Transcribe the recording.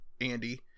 Andy